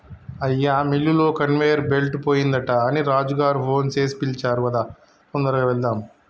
అయ్యా మిల్లులో conveyor belt పోయిందట అని రాజు గారు ఫోన్ సేసి పిలిచారు పదా తొందరగా వెళ్దాము